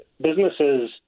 Businesses